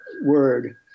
word